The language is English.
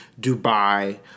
Dubai